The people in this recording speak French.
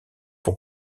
pour